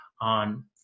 on